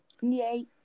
Yay